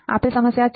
આ આપેલ સમસ્યા છે